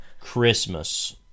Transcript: christmas